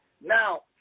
Now